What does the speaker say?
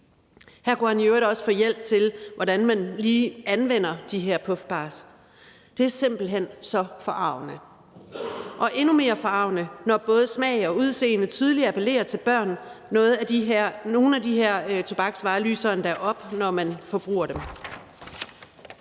Her kunne han i øvrigt også få hjælp til, hvordan man lige anvender de her puffbars. Det er simpelt hen så forargeligt. Og det er endnu mere forargeligt, når både smag og udseende tydeligt appellerer til børn. Nogle af de her tobaksvarer lyser endda op, når man bruger dem.